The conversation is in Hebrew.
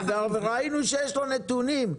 ראינו שיש לו נתונים,